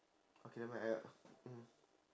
okay nevermind I'll mmhmm